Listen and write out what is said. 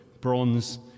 bronze